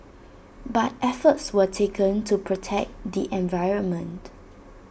but efforts were taken to protect the environment